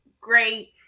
great